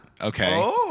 Okay